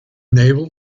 naval